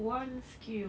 one skill